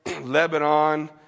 Lebanon